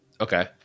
Okay